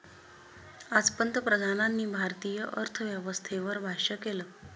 आज पंतप्रधानांनी भारतीय अर्थव्यवस्थेवर भाष्य केलं